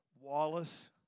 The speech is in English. Wallace